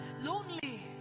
lonely